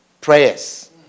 prayers